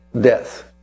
death